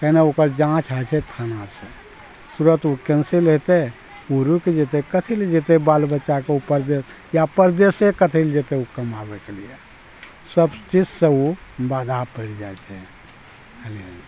तैमे ओकर जाँच होइ छै थानासँ तुरत उ कैंसिल हेतय उ रुकि जेतय कथी लए जेतय बाल बच्चाके उ परदेश या परदेशे कथी लए जेतय उ कमाबयके लिये सब चीजसँ उ बाधा पयर जाइ छै हालिये